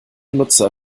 nutzer